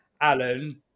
Alan